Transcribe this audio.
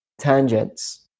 tangents